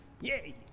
Yay